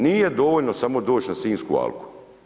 Nije dovoljno samo doći na sinjsku alku.